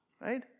right